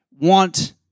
want